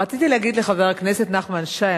רציתי להגיד לחבר הכנסת נחמן שי,